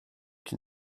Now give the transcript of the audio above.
qui